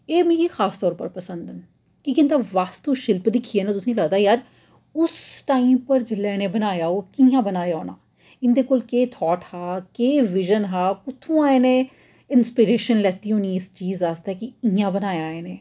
एह् मिगी खास तौर पर पसंद न कि के इं'दे वास्तु शिल्प दिक्खियै न तुसेंगी लगदा यार उस टाइम पर जेल्लै इ'नें बनाया होग कि'यां बनाया होना इंदे कोल केह् थाट हा केह् विजन हा कुत्थुआं इनें इंस्पिरिशन लैती होनी इस चीज आस्तै कि इ'यां बनाया इ'नें